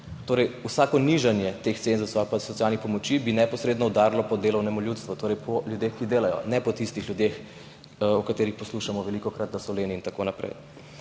otroke. Vsako nižanje teh cenzusov ali pa socialnih pomoči bi neposredno udarilo po delavnem ljudstvu, torej po ljudeh, ki delajo, ne po tistih ljudeh, o katerih velikokrat poslušamo, da so leni in tako naprej.